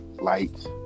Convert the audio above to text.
lights